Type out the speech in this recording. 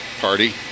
Party